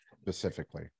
specifically